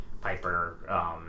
Piper